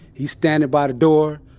he's standing by the door.